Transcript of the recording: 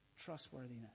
trustworthiness